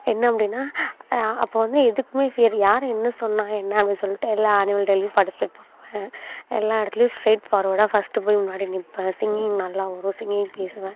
என்ன அப்படின்னா அப்போ வந்து எதுக்குமே சரி யார் என்ன சொன்னால் என்ன அப்படின்னு சொல்லிட்டு எல்லா ஆன்வல் டேலையும் பார்ட்டிஸிப்பேட் பண்ணுவேன் எல்லா இடத்துலையும் ஸ்ட்ரெயிட் ஃபார்வடாக ஃபர்ஸ்ட்டு போய் முன்னாடி நிற்பேன் சிங்கிங் நல்லா வரும் சிங்கிங் பேசுவேன்